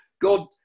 God